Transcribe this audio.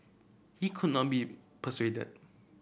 he could not be persuaded